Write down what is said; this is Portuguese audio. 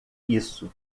isso